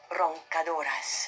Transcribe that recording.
roncadoras